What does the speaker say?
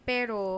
Pero